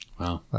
Wow